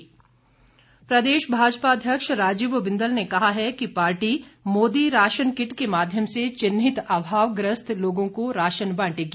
बिंदल प्रदेश भाजपा अध्यक्ष राजीव बिंदल ने कहा है कि पार्टी मोदी राशन किट के माध्यम से चिन्हित अभावग्रस्त लोगों को राशन बांटेगी